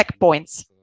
checkpoints